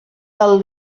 del